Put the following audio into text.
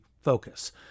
focus